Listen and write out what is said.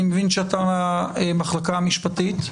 אני מבין שאתה מהמחלקה המשפטית.